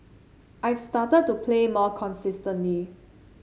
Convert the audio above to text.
I've started to play more consistently